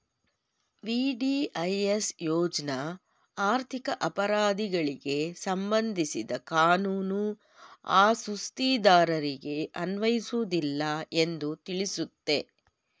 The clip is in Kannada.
ವಿ.ಡಿ.ಐ.ಎಸ್ ಯೋಜ್ನ ಆರ್ಥಿಕ ಅಪರಾಧಿಗಳಿಗೆ ಸಂಬಂಧಿಸಿದ ಕಾನೂನು ಆ ಸುಸ್ತಿದಾರರಿಗೆ ಅನ್ವಯಿಸುವುದಿಲ್ಲ ಎಂದು ತಿಳಿಸುತ್ತೆ